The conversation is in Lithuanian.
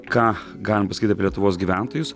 ką galim pasakyt apie lietuvos gyventojus